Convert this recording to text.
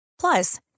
plus